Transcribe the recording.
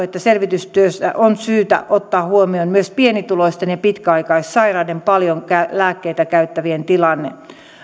että selvitystyössä on syytä ottaa huomioon myös pienituloisten ja pitkäaikaissairaiden paljon lääkkeitä käyttävien tilanne